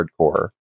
hardcore